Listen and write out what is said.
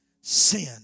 sin